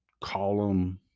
column